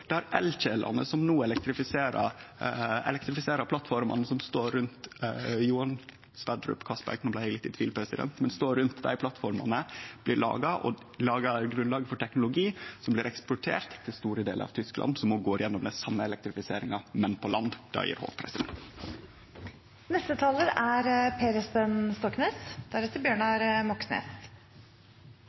som no elektrifiserer plattformene som står rundt Johan Sverdrup – eller er det Johan Castberg, no vart eg litt i tvil. Dei står iallfall rundt dei plattformene og lagar grunnlaget for teknologi som blir eksportert til store delar av Tyskland, som òg går gjennom den same elektrifiseringa, men på land. Det gjev håp. Jeg er